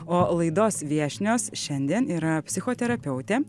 o laidos viešnios šiandien yra psichoterapeutė